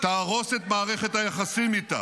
זה יהרוס את מערכת היחסים איתה,